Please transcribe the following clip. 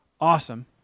awesome